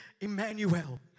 Emmanuel